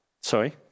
sorry